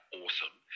awesome